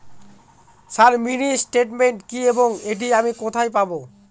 Sir mini statement কি এবং এটি আমি কোথায় পাবো?